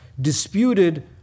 disputed